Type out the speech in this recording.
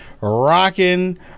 rocking